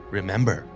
Remember